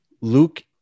Luke